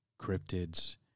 cryptids